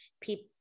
people